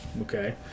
okay